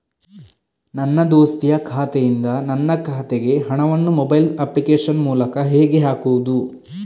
ನನ್ನ ದೋಸ್ತಿಯ ಖಾತೆಯಿಂದ ನನ್ನ ಖಾತೆಗೆ ಹಣವನ್ನು ಮೊಬೈಲ್ ಅಪ್ಲಿಕೇಶನ್ ಮೂಲಕ ಹೇಗೆ ಹಾಕುವುದು?